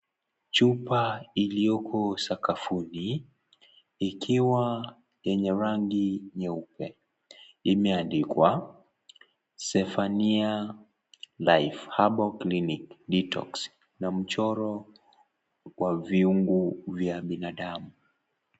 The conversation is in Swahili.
Chupa ilioko sakafuni, ikiwa yenye rangi nyeupe, imeandikwa, Zephania life herbal clinic, detox na mchoro kwa viungu vya binadamu.